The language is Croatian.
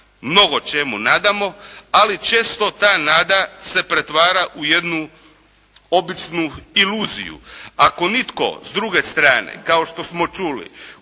mnogočemu nadamo, ali često ta nada se pretvara u jednu običnu iluziju.